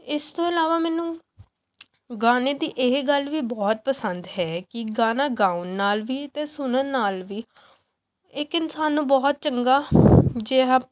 ਇਸ ਤੋਂ ਇਲਾਵਾ ਮੈਨੂੰ ਗਾਣੇ ਦੀ ਇਹ ਗੱਲ ਵੀ ਬਹੁਤ ਪਸੰਦ ਹੈ ਕਿ ਗਾਣਾ ਗਾਉਣ ਨਾਲ਼ ਵੀ ਅਤੇ ਸੁਣਨ ਨਾਲ਼ ਵੀ ਇੱਕ ਇਨਸਾਨ ਨੂੰ ਬਹੁਤ ਚੰਗਾ ਜਿਹਾ